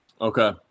Okay